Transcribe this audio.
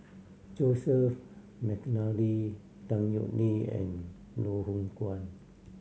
Joseph McNally Tan Yeok Nee and Loh Hoong Kwan